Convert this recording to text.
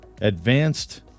Advanced